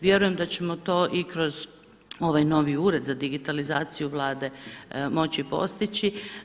Vjerujem da ćemo to i kroz ovaj novi Ured za digitalizaciju Vlade moći postići.